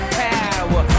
power